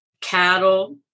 cattle